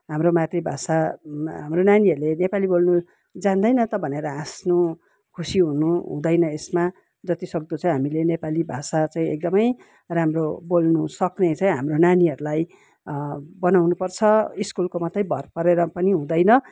हाम्रो मातृभाषामा हाम्रो नानीहरूले नेपाली बोल्नु जान्दैन त भनेर हाँस्नु खुसी हुनु हुँदैन यसमा जतिसक्दो चाहिँ हामीले नेपाली भाषा चाहिँ एकदमै राम्रो बोल्नु सक्ने चाहिँ हाम्रो नानीहरूलाई बनाउनुपर्छ स्कुलको मात्रै भर परेर पनि हुँदैन